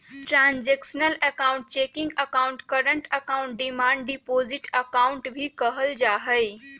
transactional account checking account, current account, demand deposit account भी कहल जाहई